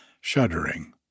shuddering